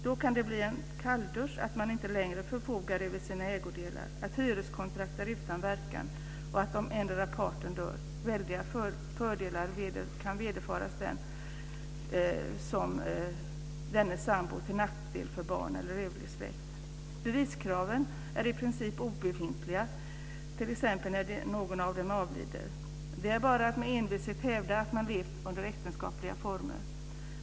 Då kan det bli en kalldusch att man inte längre förfogar över sina ägodelar, att hyreskontrakt är utan verkan och att, om endera parten dör, väldiga fördelar kan vederfaras dennes sambo till nackdel för barn eller övrig släkt. Beviskraven är i princip obefintliga t.ex. när någon av de samboende avlider. Det är bara att med envishet hävda att man levt under äktenskapliga former.